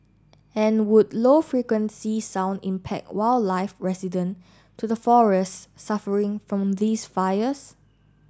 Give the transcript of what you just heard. and would low frequency sound impact wildlife resident to the forests suffering from these fires